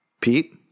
pete